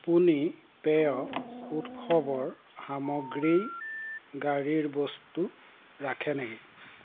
আপুনি পেয় উৎসৱৰ সামগ্ৰী গাড়ীৰ বস্তু ৰাখে নেকি